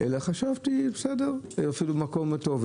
חשבתי שזה אפילו מקום טוב.